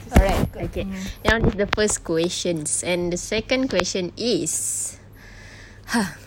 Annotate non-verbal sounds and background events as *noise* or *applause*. alright okay done with the first questions and the second question is *breath*